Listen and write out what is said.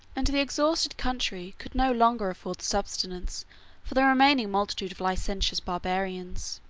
and the exhausted country could no longer afford subsistence for the remaining multitude of licentious barbarians.